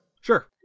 Sure